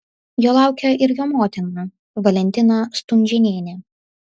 jo laukia ir jo motina valentina stunžėnienė